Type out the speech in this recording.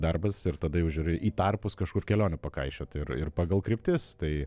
darbas ir tada jau žiūri į tarpus kažkur kelionių pakaišiot ir ir pagal kryptis tai